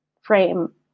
frame